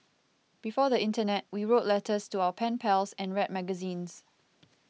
before the internet we wrote letters to our pen pals and read magazines